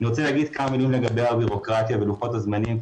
אני רוצה לומר כמה מילים לגבי הביורוקרטיה ולוחות הזמנים.